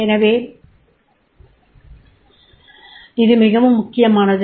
எனவே இது மிகவும் முக்கியமானது